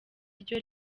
ryo